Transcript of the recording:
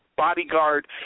Bodyguard